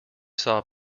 saw